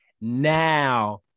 Now